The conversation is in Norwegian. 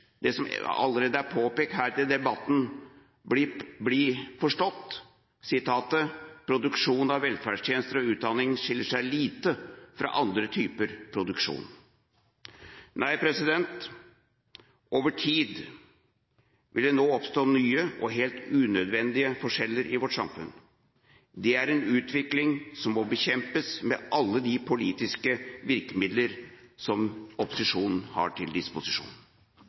det som allerede er påpekt her i debatten, bli forstått: sitatet «produksjon av velferdstjenester skiller seg lite fra andre typer tjenester»? Nei, over tid vil det nå oppstå nye og helt unødvendige forskjeller i vårt samfunn. Det er en utvikling som må bekjempes med alle de politiske virkemidler som opposisjonen har til disposisjon.